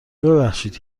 ببخشید